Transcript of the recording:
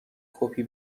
کپی